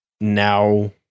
now